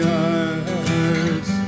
eyes